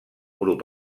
grup